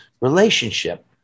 relationship